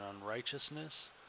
unrighteousness